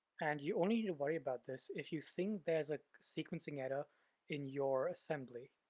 and you only need to worry about this if you think there's a sequencing error in your assembly.